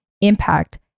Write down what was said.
impact